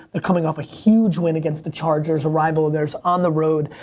they're coming off a huge win against the chargers, a rival of theirs on the road.